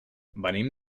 venim